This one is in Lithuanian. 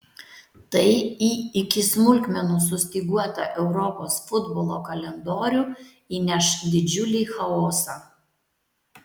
tai į iki smulkmenų sustyguotą europos futbolo kalendorių įneš didžiulį chaosą